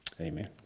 Amen